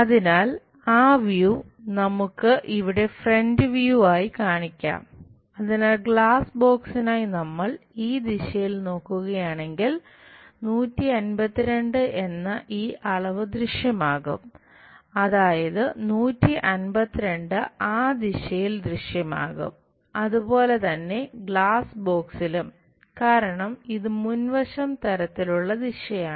അതിനാൽ ആ വ്യൂ തരത്തിലുള്ള ദിശയാണ്